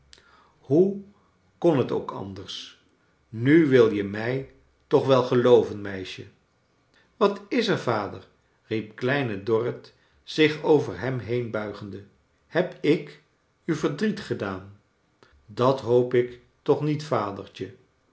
hoe kon het ook anders nu wil je mij toch wel gelooven meisje wat is er vader riep kleine dorrit zich over hem heen buigende heb ik u verdriet gedaan dat hoop ik toch niet vadertje